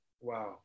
Wow